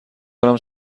دارم